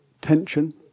tension